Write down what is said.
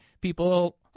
People